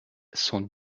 sont